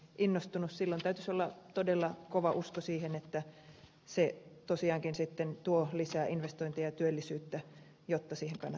silloin täytyisi olla todella kova usko siihen että se tosiaankin sitten tuo lisää investointeja ja työllisyyttä jotta siihen kannattaisi mennä